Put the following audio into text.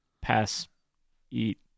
pass-eat